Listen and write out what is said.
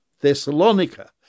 Thessalonica